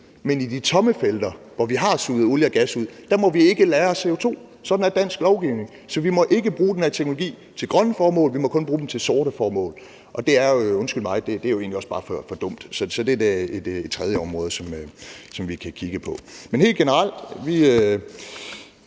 Men i de tomme felter, hvor vi har suget olie og gas ud, må vi ikke lagre CO2. Sådan er dansk lovgivning. Så vi må ikke bruge den her teknologi til grønne formål, vi må kun bruge den til sorte formål, og det er – undskyld mig – egentlig også bare for dumt. Så det er et tredje område, som vi kan kigge på. Men helt generelt vil